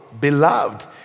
beloved